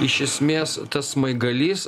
iš esmės tas smaigalys